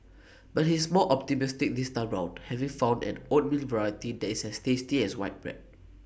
but he's more optimistic this time round having found an oatmeal variety that is as tasty as white bread